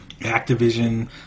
Activision